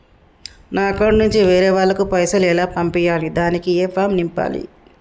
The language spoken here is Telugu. నా అకౌంట్ నుంచి వేరే వాళ్ళకు పైసలు ఎలా పంపియ్యాలి దానికి ఏ ఫామ్ నింపాలి?